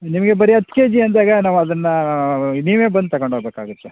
ನಿಮಗೆ ಬರೀ ಹತ್ತು ಕೆ ಜಿ ಅಂದಾಗ ನಾವು ಅದನ್ನ ನೀವೇ ಬಂದು ತಗೊಂಡೋಗ್ಬೇಕಾಗುತ್ತೆ